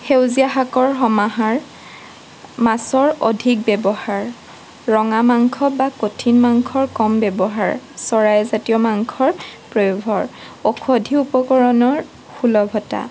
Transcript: সেউজীয়া শাকৰ সমাহাৰ মাছৰ অধিক ব্যৱহাৰ ৰঙা মাংস বা কঠিন মাংসৰ কম ব্যৱহাৰ চৰাই জাতীয় মাংসৰ প্ৰয়োভৰ ঔষধি উপকৰণৰ সুলভতা